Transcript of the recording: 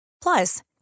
Plus